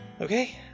Okay